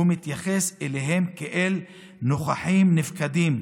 הוא מתייחס אליהם כאל "נוכחים נפקדים":